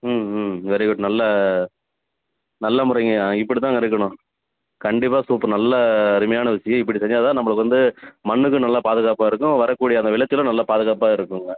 ம் ம் வெரிகுட் நல்ல நல்ல முறைங்க ஆ இப்படிதாங்க இருக்கணும் கண்டிப்பாக சூப்பர் நல்ல அருமையான விஷயம் இப்டி செஞ்சால் தான் நம்பளுக்கு வந்து மண்ணுக்கும் நல்ல பாதுகாப்பாக இருக்கும் வரக்கூடிய அந்த விளைச்சலும் நல்ல பாதுகாப்பாக இருக்குங்க